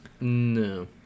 No